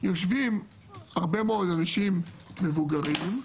יושבים הרבה מאוד אנשים מבוגרים,